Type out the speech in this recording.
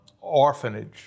Orphanage